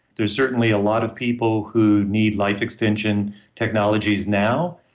there're certainly a lot of people who need life extension technologies now,